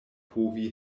povi